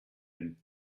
him